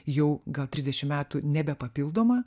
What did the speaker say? jau gal trisdešimt metų nebepapildoma